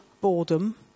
boredom